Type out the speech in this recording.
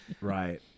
Right